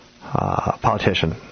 politician